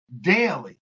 daily